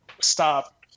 stop